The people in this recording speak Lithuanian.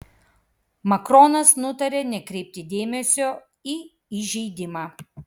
makronas nutarė nekreipti dėmesio į įžeidimą